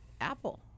Apple